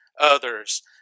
others